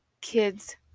kids